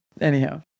anyhow